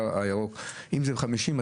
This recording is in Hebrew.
ואם זה במהירות 50,